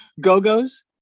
go-go's